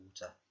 water